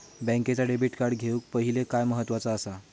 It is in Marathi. बँकेचा डेबिट कार्ड घेउक पाहिले काय महत्वाचा असा?